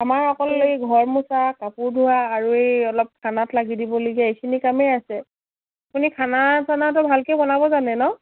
আমাৰ অকল ঘৰ মোচা কাপোৰ ধোৱা আৰু এই অলপ খানাত লাগি দিবলগীয়া এইখিনি কামেই আছে আপুনি খানা চানাটো ভালকে বনাব জানে ন